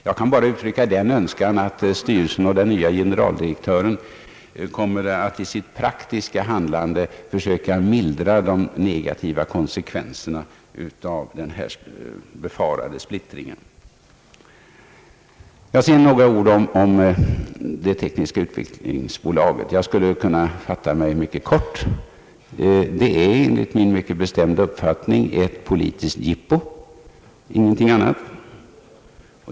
Jag kan bara uttrycka den önskan, att den nya styrelsen och dess generaldirektör kommer att i sitt praktiska handlande försöker mildra de negativa konsekvenserna av den befarade splittringen. Beträffande förslaget om det tekniska utvecklingsbolaget skulle jag kunna fatta mig mycket kort. Det är enligt min mycket bestämda uppfattning ett politiskt jippo och ingenting annat.